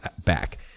back